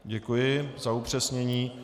Děkuji za upřesnění.